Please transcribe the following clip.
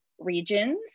regions